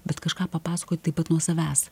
bet kažką papasakot taip pat nuo savęs